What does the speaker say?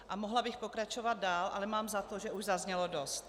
A mohla bych pokračovat dál, ale mám za to, že už zaznělo dost.